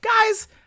guys